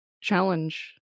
challenge